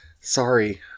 Sorry